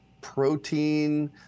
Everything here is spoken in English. protein